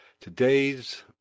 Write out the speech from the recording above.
today's